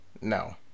No